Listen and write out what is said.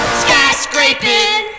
skyscraping